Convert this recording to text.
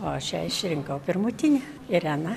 aš ją išrinkau pirmutinė irena